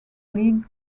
league